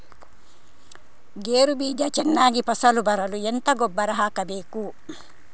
ಗೇರು ಬೀಜ ಚೆನ್ನಾಗಿ ಫಸಲು ಬರಲು ಎಂತ ಗೊಬ್ಬರ ಹಾಕಬೇಕು?